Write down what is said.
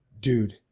Dude